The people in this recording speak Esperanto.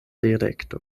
direkto